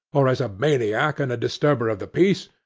or as a maniac and disturber of the peace,